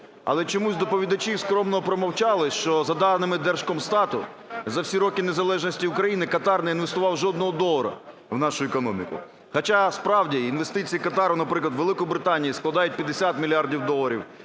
Але чомусь доповідачі скромно промовчали, що за даними Держкомстату за всі роки незалежності України Катар не інвестував жодного долара в нашу економіку, хоча, справді, інвестиції Катару, наприклад, Великобританії складають 50 мільярдів доларів,